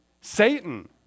Satan